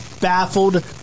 baffled